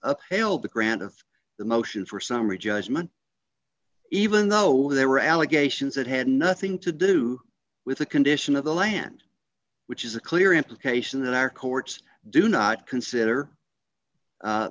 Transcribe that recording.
upheld the grant of the motion for summary judgment even though there were allegations that had nothing to do with the condition of the land which is a clear implication that our courts do not consider